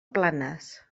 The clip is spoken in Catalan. planes